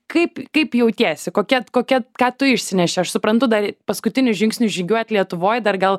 kaip kaip jautiesi kokia kokia ką tu išsinešė aš suprantu dar paskutinius žingsnius žygiuojat lietuvoj dar gal